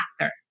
actor